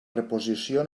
reposició